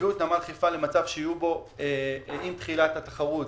יביאו את נמל חיפה למצב שיהיו בו עם תחילת התחרות